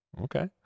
Okay